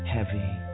Heavy